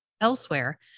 Elsewhere